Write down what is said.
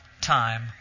time